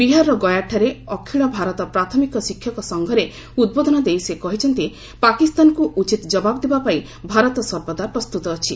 ବିହାରର ଗୟାଠାରେ ଅଖିଳ ଭାରତ ପ୍ରାଥମିକ ଶିକ୍ଷକ ସଂଘରେ ଉଦ୍ବୋଧନ ଦେଇ ସେ କହିଛନ୍ତି ପାକିସ୍ତାନକୁ ଉଚିତ ଜବାବ ଦେବା ପାଇଁ ଭାରତ ସର୍ବଦା ପ୍ରସ୍ତୁତ ଅଛି